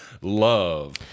love